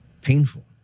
painful